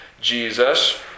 Jesus